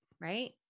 right